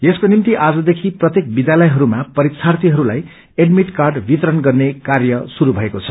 यसक्रे निम्ति आजदेखि प्रत्येक विद्यालयहरूमा परीक्षार्थीहरूलाई एडमिट कार्ड वितरण गर्ने कार्य श्रुरू भएको छ